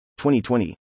2020